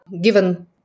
given